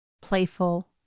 playful